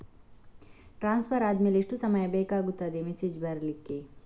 Transfer ಆದ್ಮೇಲೆ ಎಷ್ಟು ಸಮಯ ಬೇಕಾಗುತ್ತದೆ ಮೆಸೇಜ್ ಬರ್ಲಿಕ್ಕೆ?